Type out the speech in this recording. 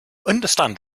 understand